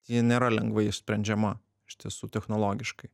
ji nėra lengvai išsprendžiama iš tiesų technologiškai